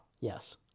yes